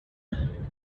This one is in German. nähe